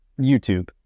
YouTube